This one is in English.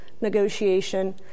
negotiation